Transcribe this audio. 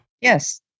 Yes